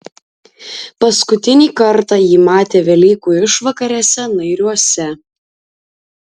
paskutinį kartą jį matė velykų išvakarėse nairiuose